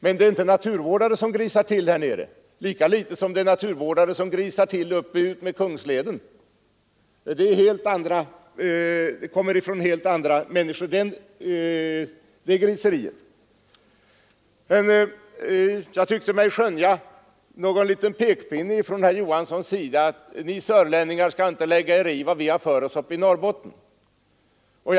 Men det är inte naturvårdare som grisar till här nere, lika litet som det är naturvårdare som grisar till utmed Kungsleden. Den nedgrisningen kommer från helt andra människor. Jag tyckte mig skönja någon liten pekpinne från herr Johanssons sida: Ni sörlänningar skall inte lägga er i vad vi har för oss uppe i Norrbottens län.